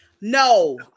No